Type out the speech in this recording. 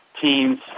teams –